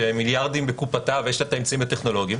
שמיליארדים בקופתה ויש לה האמצעים הטכנולוגיים,